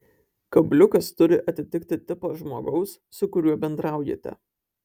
kabliukas turi atitikti tipą žmogaus su kuriuo bendraujate